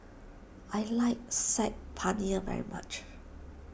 I like Saag Paneer very much